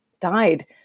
died